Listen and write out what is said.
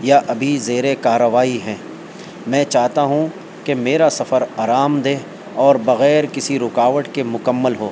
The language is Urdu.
یا ابھی زیر کاروائی ہیں میں چاہتا ہوں کہ میرا سفر آرام دہ اور بغیر کسی رکاوٹ کے مکمل ہو